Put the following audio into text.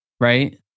right